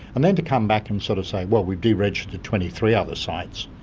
and then to come back and sort of say, well, we've deregistered the twenty three other sites